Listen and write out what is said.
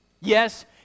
Yes